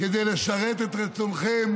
כדי לשרת את רצונכם: